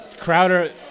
Crowder